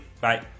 Bye